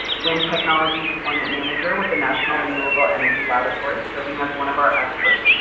wind technology deployment manager with a national renewable energy laboratory, serving as one of our experts.